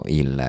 il